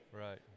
Right